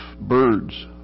birds